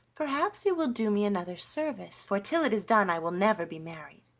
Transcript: perhaps you will do me another service, for till it is done i will never be married.